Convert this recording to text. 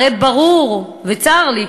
הרי ברור וצר לי,